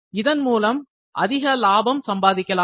இதன் மூலம் அதிக லாபம் சம்பாதிக்கலாம்